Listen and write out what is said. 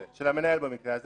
של המנהל במקרה הזה.